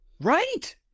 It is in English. Right